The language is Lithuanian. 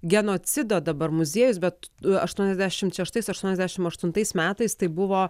genocido dabar muziejus bet aštuoniasdešimt šeštais aštuoniasdešimt aštuntais metais tai buvo